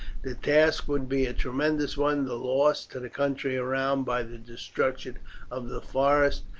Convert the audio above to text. the task would be a tremendous one. the loss to the country around by the destruction of the forests,